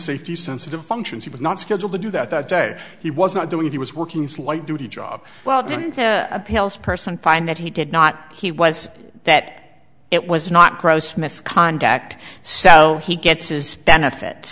safety sensitive functions he was not scheduled to do that that day he was not doing it he was working slight duty job well done appeals person find that he did not he was that it was not gross misconduct so he gets his benefit